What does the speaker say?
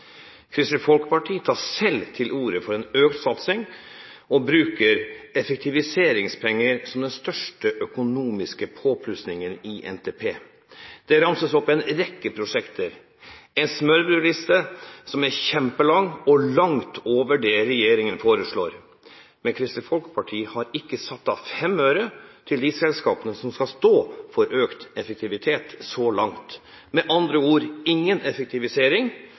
Kristelig Folkeparti tar selv til orde for en økt satsing og bruker effektiviseringspenger som den største økonomiske påplussingen i NTP. Det ramses opp en rekke prosjekter, en smørbrødliste som er kjempelang og langt over det regjeringen foreslår. Men Kristelig Folkeparti har ikke satt av fem øre til de selskapene som skal stå for økt effektivitet, så langt. Med andre ord: Ingen effektivisering